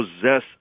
possess